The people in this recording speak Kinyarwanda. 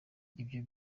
ibyo